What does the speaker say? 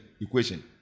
equation